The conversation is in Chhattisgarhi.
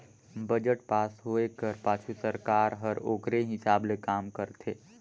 बजट पास होए कर पाछू सरकार हर ओकरे हिसाब ले काम करथे